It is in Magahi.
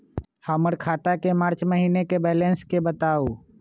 हमर खाता के मार्च महीने के बैलेंस के बताऊ?